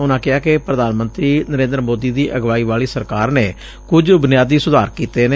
ਉਨੂਾ ਕਿਹਾ ਕਿ ਪੁਧਾਨ ਮੰਤਰੀ ਨਰੇਂਦਰ ਮੋਦੀ ਦੀ ਅਗਵਾਈ ਵਾਲੀ ਸਰਕਾਰ ਨੇ ਕੁਝ ਬੁਨਿਆਦੀ ਸੁਧਾਰ ਕੀਤੇ ਨੇ